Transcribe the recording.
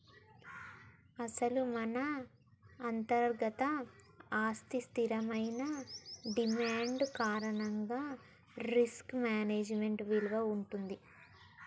అసలు మన అంతర్గత ఆస్తికి స్థిరమైన డిమాండ్ కారణంగా రిస్క్ మేనేజ్మెంట్ విలువ ఉంటుంది